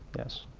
yes,